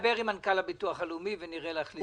אני אדבר עם מנכ"ל הביטוח הלאומי, ונראה לפי זה.